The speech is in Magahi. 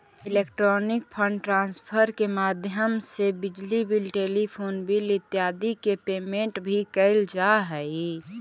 इलेक्ट्रॉनिक फंड ट्रांसफर के माध्यम से बिजली बिल टेलीफोन बिल इत्यादि के पेमेंट भी कैल जा हइ